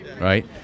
right